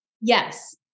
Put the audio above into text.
Yes